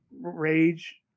Rage